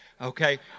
Okay